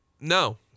no